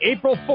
April